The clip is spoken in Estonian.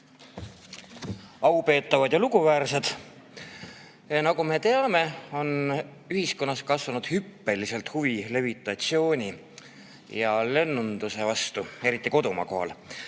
Aupeetavad ja luguväärsed! Nagu me teame, on ühiskonnas kasvanud hüppeliselt huvi levitatsiooni ja lennunduse vastu, eriti kodumaa kohal.